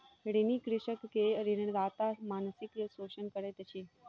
ऋणी कृषक के ऋणदाता मानसिक शोषण करैत अछि